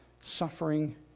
suffering